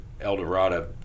Eldorado